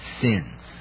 sins